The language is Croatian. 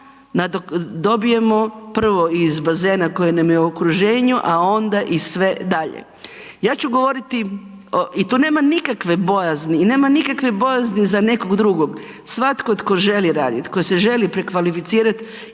dobijemo prvo iz bazena koji nam je u okruženju, a onda i sve dalje. Ja ću govoriti o, i tu nema nikakve bojazni i nema nikakve bojazni za nekog drugog, svatko tko želi raditi, tko se želi prekvalificirati